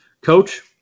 coach